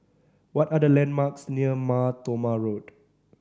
what are the landmarks near Mar Thoma Road